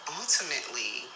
ultimately